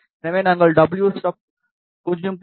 எனவே நாங்கள் W stub 0